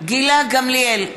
גמליאל,